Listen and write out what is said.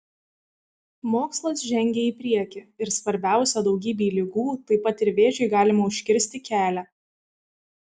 mokslas žengia į priekį ir svarbiausia daugybei ligų taip pat ir vėžiui galima užkirsti kelią